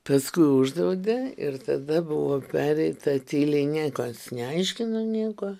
paskui uždraudė ir tada buvo pereita tyliai niekas neaiškino nieko